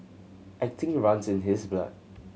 acting runs in his blood